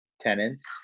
tenants